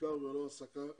בעיקר ולא העסקה איכותית.